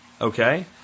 okay